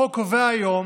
החוק קובע היום